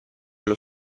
allo